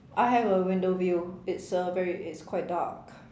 I have a window view it's uh very it's quite dark